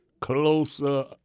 Closer